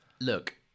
Look